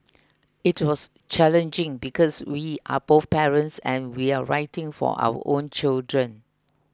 it was challenging because we are both parents and we're writing for our own children